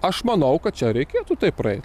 aš manau kad čia reikėtų taip praeit